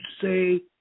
say